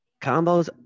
combos